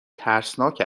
ترسناک